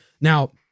Now